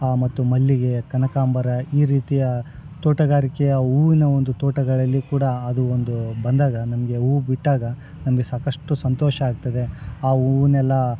ಆ ಮತ್ತು ಮಲ್ಲಿಗೆ ಕನಕಾಂಬರ ಈ ರೀತಿಯ ತೋಟಗಾರಿಕೆಯ ಹೂವಿನ ಒಂದು ತೋಟಗಳಲ್ಲಿ ಕೂಡ ಅದು ಒಂದು ಬಂದಾಗ ನಮಗೆ ಹೂ ಬಿಟ್ಟಾಗ ನಮಗೆ ಸಾಕಷ್ಟು ಸಂತೋಷ ಆಗ್ತದೆ ಆ ಹೂವುನೆಲ್ಲ